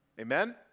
Amen